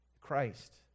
Christ